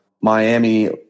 Miami